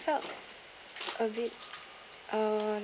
felt a bit uh